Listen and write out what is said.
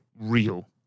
real